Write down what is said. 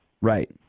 right